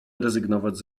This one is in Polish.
rezygnować